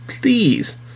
please